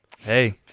Hey